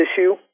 issue